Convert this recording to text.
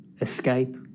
escape